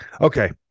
Okay